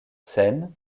seine